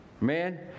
man